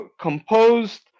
composed